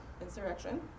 insurrection